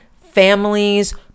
families